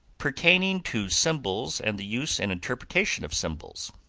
pertaining to symbols and the use and interpretation of symbols.